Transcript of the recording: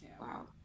Wow